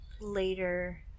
later